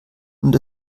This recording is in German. und